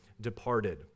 departed